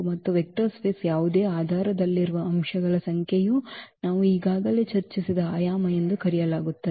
ಮತ್ತು ವೆಕ್ಟರ್ ಸ್ಪೇಸ್ದ ಯಾವುದೇ ಆಧಾರದಲ್ಲಿರುವ ಅಂಶಗಳ ಸಂಖ್ಯೆಯನ್ನು ನಾವು ಈಗಾಗಲೇ ಚರ್ಚಿಸಿದ ಆಯಾಮ ಎಂದು ಕರೆಯಲಾಗುತ್ತದೆ